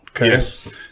Yes